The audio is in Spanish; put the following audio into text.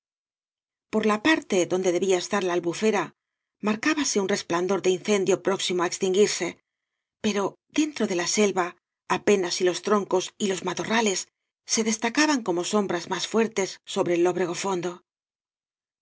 por la parte donde debía estar la albufera marcábase un resplandor de incendio próximo á extinguirse pero dentro de la bclva apenas si loa troncos y los matorrales se destacaban como sombras más fuertes sobre el lóbrego fondo